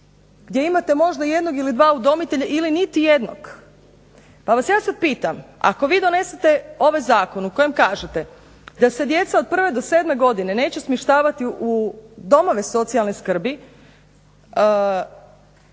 gdje imate možda jednog ili dva udomitelja ili niti jednog. Pa vas ja sad pitam, ako vi donesete ovaj zakon u kojem kažete da se djeca od prve do sedme godine neće smještavati u domove socijalne skrbi